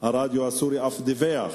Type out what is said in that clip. הרדיו הסורי אף דיווח